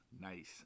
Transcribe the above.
nice